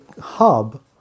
hub